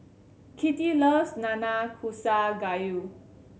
Kitty loves Nanakusa Gayu